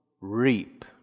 reap